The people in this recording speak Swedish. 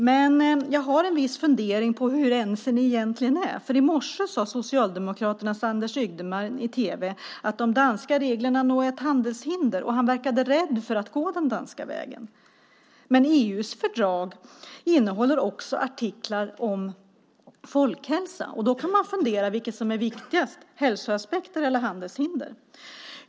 Men jag funderar lite på hur ense ni socialdemokrater egentligen är, för i morse sade socialdemokraten Anders Ygeman i tv att de danska reglerna nog är ett handelshinder, och han verkade rädd för att gå den danska vägen. Men EU:s fördrag innehåller också artiklar om folkhälsa. Man kan fundera på vad som är viktigast: hälsoaspekter eller handelshinder.